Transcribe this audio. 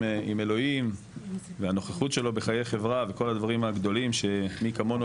אלוהים והנוכחות שלו בחיי חברה וכל הדברים הגדולים שמי כמונו,